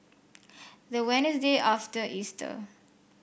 the Wednesday after Easter